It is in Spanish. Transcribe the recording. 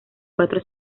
cuatro